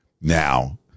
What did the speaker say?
now